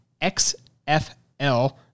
XFL